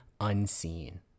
unseen